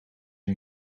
een